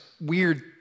weird